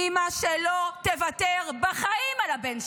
אימא שלא תוותר בחיים על הבן שלה.